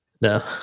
No